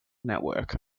network